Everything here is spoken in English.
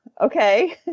okay